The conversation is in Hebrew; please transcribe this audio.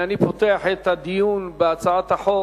אני פותח את הדיון בהצעת החוק.